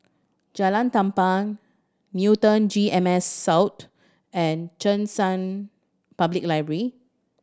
Jalan Tampang Newton G M S South and Cheng San Public Library